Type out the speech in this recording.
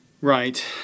Right